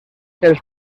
els